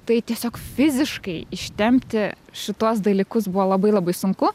tai tiesiog fiziškai ištempti šituos dalykus buvo labai labai sunku